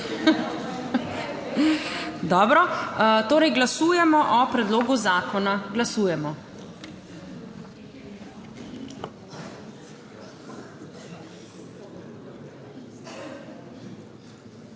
Dobro, torej glasujemo o predlogu zakona. Glasujemo.